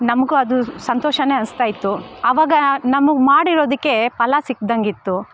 ನಮಗೂ ಅದು ಸಂತೋಷನೇ ಅನಿಸ್ತಾಯಿತ್ತು ಆವಾಗ ನಮಗೆ ಮಾಡಿರೋದಕ್ಕೆ ಫಲ ಸಿಕ್ದಂಗಿತ್ತು